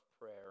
prayer